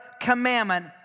commandment